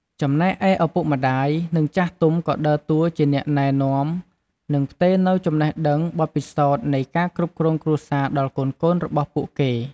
ចំណែកឯ ឪពុកម្តាយ និងចាស់ទុំក៏ដើរតួជាអ្នកណែនាំ និងផ្ទេរនូវចំណេះដឹងបទពិសោធន៍នៃការគ្រប់គ្រងគ្រួសារដល់កូនៗរបស់ពួកគេ។